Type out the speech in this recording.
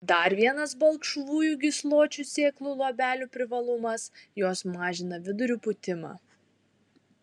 dar vienas balkšvųjų gysločių sėklų luobelių privalumas jos mažina vidurių pūtimą